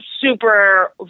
super